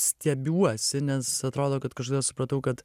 stebiuosi nes atrodo kad kažkada supratau kad